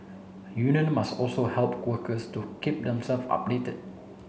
union must also help workers to keep themself updated